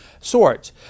sorts